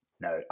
No